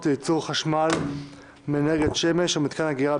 לייצור חשמל מאנרגיית השמש או מיתקן אגירה,